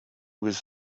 was